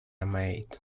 maid